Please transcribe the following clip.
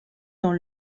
dans